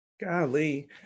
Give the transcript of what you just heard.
Golly